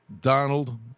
Donald